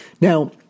Now